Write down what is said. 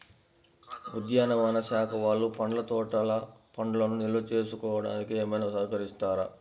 ఉద్యానవన శాఖ వాళ్ళు పండ్ల తోటలు పండ్లను నిల్వ చేసుకోవడానికి ఏమైనా సహకరిస్తారా?